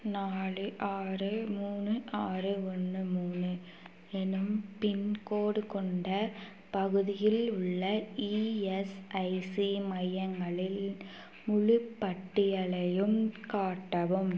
நாலு ஆறு மூணு ஆறு ஒன்று மூணு எனும் பின்கோடு கொண்ட பகுதியில் உள்ள இஎஸ்ஐசி மையங்களில் முழுப்பட்டியலையும் காட்டவும்